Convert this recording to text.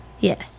Yes